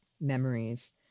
memories